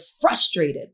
frustrated